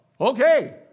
okay